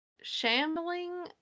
shambling